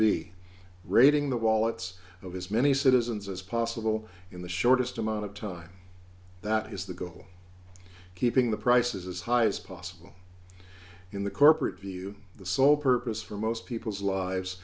be raiding the wallets of his many citizens as possible in the shortest amount of time that is the goal keeping the prices as high as possible in the corporate view the sole purpose for most people's lives